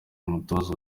umutoza